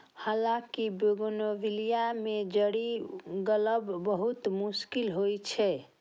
हालांकि बोगनवेलिया मे जड़ि लागब बहुत मुश्किल होइ छै